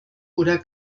oder